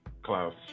klaus